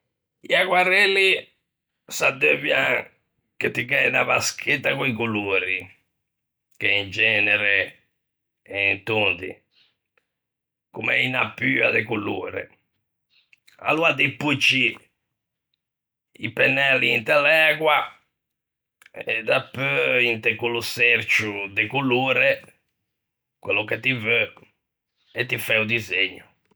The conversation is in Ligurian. I acquarelli s'addeuvian che ti gh'æ unna vaschetta co-i colori, che in genere en tondi, comme unna pua de colore; aloa ti pocci i pennelli inte l'ægua e dapeu inte quello çercio de colore, quello che ti veu, e ti fæ o disegno.